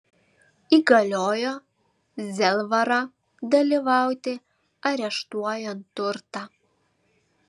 įgaliojo zelvarą dalyvauti areštuojant turtą